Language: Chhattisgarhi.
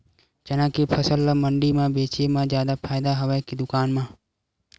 चना के फसल ल मंडी म बेचे म जादा फ़ायदा हवय के दुकान म?